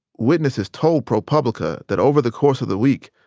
witnesses told propublica that over the course of the week,